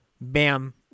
Bam